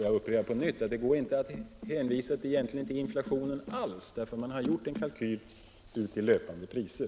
Jag upprepar också att man egentligen inte alls kan hänvisa till inflationen, eftersom kalkylen är gjord i löpande priser.